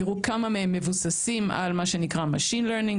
תראו כמה מהם מבוססים על מה שנקרא machine learning,